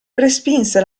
respinse